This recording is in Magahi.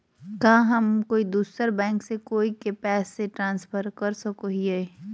का हम कोई दूसर बैंक से कोई के पैसे ट्रांसफर कर सको हियै?